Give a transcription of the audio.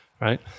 Right